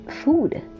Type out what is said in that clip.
food